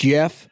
Jeff